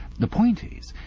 the point is,